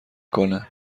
کنه